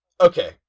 Okay